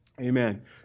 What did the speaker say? Amen